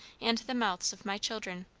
and the mouths of my children.